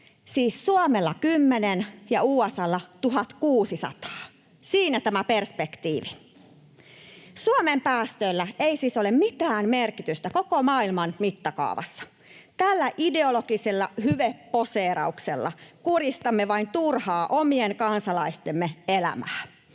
Siis Suomella kymmenen ja USA:lla 1 600 — siinä tämä perspektiivi. Suomen päästöillä ei siis ole mitään merkitystä koko maailman mittakaavassa. Tällä ideologisella hyveposeerauksella kurjistamme vain turhaan omien kansalaistemme elämää.